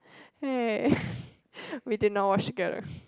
hey we did not watch together